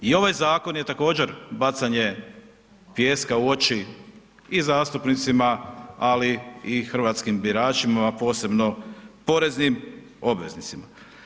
I ovaj zakon je također bacanje pijeska u oči i zastupnicima, ali i hrvatskim biračima, a posebno poreznim obveznicima.